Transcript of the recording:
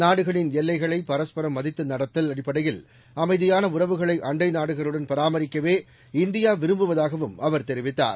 நாடுகளின் எல்லைகளை பரஸ்பரம் மதித்து நடத்தல் அடிப்படையில் அமைதியான உறவுகளை அண்டை நாடுகளுடன் பராமரிக்கவே இந்தியா விரும்புவதாகவும் அவர் தெரிவித்தார்